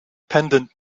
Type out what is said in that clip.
pendant